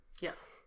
Yes